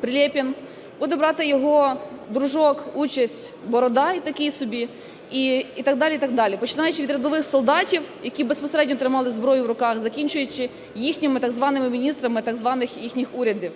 Прилєпін, буде брати його дружок участь Бородай такий собі і так далі, і так далі. Починаючи від рядових солдатів, які безпосередньо тримали зброю в руках, закінчуючи їхніми так званими міністрами так званих їхніх урядів.